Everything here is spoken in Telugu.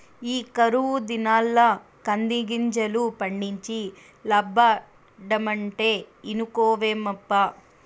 ఈ కరువు దినాల్ల కందిగింజలు పండించి లాబ్బడమంటే ఇనుకోవేమప్పా